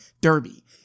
Derby